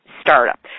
startup